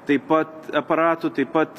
taip pat aparatų taip pat